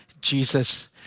Jesus